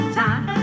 time